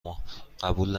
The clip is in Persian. ما، قبول